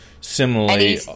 Similarly